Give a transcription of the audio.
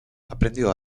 aprendió